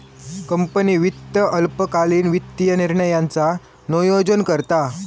company वित्त अल्पकालीन वित्तीय निर्णयांचा नोयोजन करता